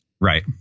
Right